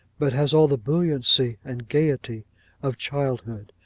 but has all the buoyancy and gaiety of childhood.